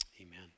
Amen